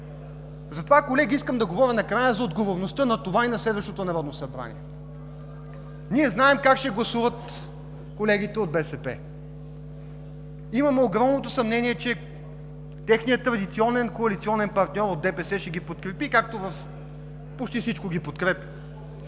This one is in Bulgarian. Затова накрая искам да говоря за отговорността на това и на следващото Народно събрание. Ние знаем как ще гласуват колегите от БСП. Имаме огромно съмнение, че техният традиционен коалиционен партньор ДПС ще ги подкрепи, както ги подкрепя